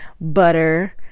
butter